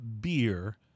beer